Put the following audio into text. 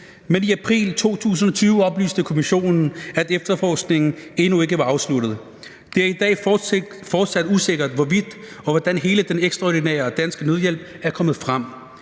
men i april 2020 oplyste Kommissionen, at efterforskningen endnu ikke var afsluttet. Det er i dag fortsat usikkert, hvorvidt og hvordan hele den ekstraordinære danske nødhjælp er kommet frem.